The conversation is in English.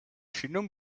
simum